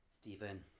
Stephen